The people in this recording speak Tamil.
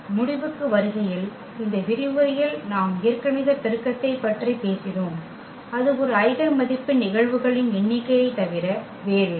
முடிவுக்கு வருகையில் இந்த விரிவுரையில் நாம் இயற்கணித பெருக்கத்தைப் பற்றி பேசினோம் அது ஒரு ஐகென் மதிப்பின் நிகழ்வுகளின் எண்ணிக்கையைத் தவிர வேறில்லை